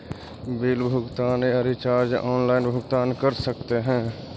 Bill भुगतान या recharge online भुगतान कर सकते हैं?